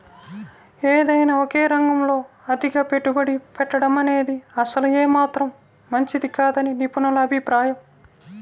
ఏదైనా ఒకే రంగంలో అతిగా పెట్టుబడి పెట్టడమనేది అసలు ఏమాత్రం మంచిది కాదని నిపుణుల అభిప్రాయం